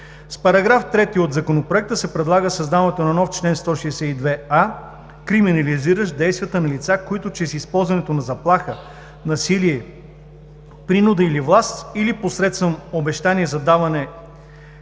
С § 3 от Законопроекта се предлага създаването на нов чл. 162а, криминализиращ действията на лица, които чрез използването на заплаха, насилие, принуда или власт, или посредством обещания за даване